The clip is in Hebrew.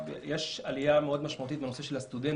אני אגיד במילה אחת שיש עלייה מאוד משמעותית בנושא של הסטודנטים.